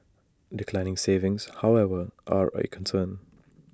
declining savings however are A concern